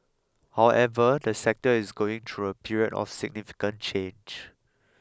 however the sector is going through a period of significant change